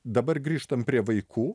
dabar grįžtam prie vaikų